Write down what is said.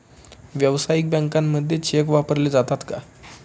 व्यावसायिक बँकांमध्ये चेक वापरले जातात का?